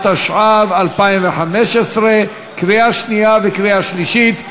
התשע"ו 2015, קריאה שנייה וקריאה שלישית.